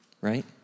right